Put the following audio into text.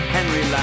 Henry